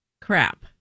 Crap